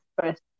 first